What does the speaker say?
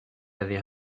avez